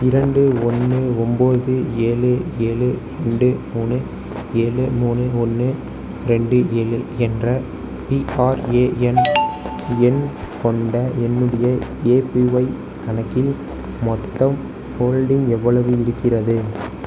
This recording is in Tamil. இரண்டு ஒன்று ஒம்போது ஏழு ஏழு ரெண்டு மூணு ஏழு மூணு ஒன்று ரெண்டு ஏழு என்ற பிஆர்ஏஎன் எண் கொண்ட என்னுடைய ஏபிஒய் கணக்கில் மொத்தம் ஹோல்டிங் எவ்வளவு இருக்கிறது